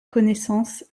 connaissance